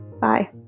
Bye